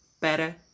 better